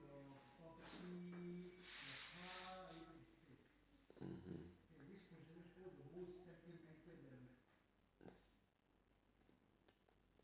mmhmm